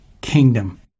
Kingdom